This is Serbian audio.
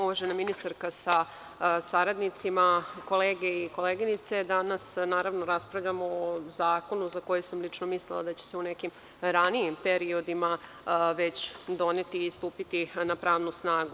Uvažena ministarka sa saradnicima, kolege i koleginice, danas naravno raspravljamo o zakonu za koji sam lično mislila da će se u nekim ranijim periodima već doneti i stupiti na pravnu snagu.